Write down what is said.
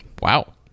Wow